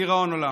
לדיראון עולם.